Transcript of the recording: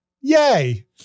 Yay